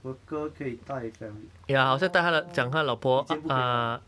worker 可以带 family orh 以前不可以啦